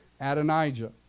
Adonijah